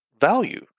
value